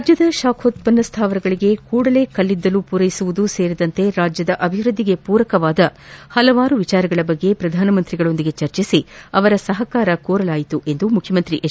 ರಾಜ್ಞದ ಶಾಚೋತ್ಪನ್ನ ಸ್ವಾವರಗಳಿಗೆ ಕೂಡಲೇ ಕಲದಲಿದ್ದಲು ಪೂರೈಸುವುದೂ ಸೇರಿದಂತೆ ರಾಜ್ಞದ ಅಭಿವೃದ್ದಿಗೆ ಪೂರಕವಾದ ಪಲವಾರು ವಿಚಾರಗಳ ಬಗ್ಗೆ ಪ್ರಧಾನಮಂತ್ರಿಗಳೊಂದಿಗೆ ಚರ್ಚಿಸಿ ಅವರ ಸಪಕಾರ ಕೋರರುವುದಾಗಿ ಮುಖ್ಯಮಂತ್ರಿ ಎಚ್